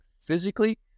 physically